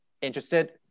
interested